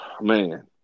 Man